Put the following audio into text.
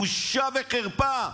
בושה וחרפה.